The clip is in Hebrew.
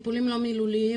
פרוש בכל הארץ.